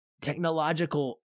technological